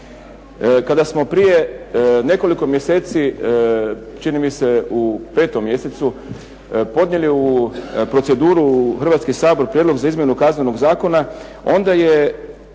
Kada smo prije nekoliko mjeseci čini mi se u 5. mjesecu podnijeli u proceduru u Hrvatski sabor prijedlog za izmjenu Kaznenog zakona onda je